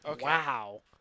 Wow